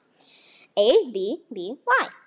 A-B-B-Y